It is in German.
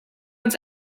uns